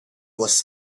was